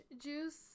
juice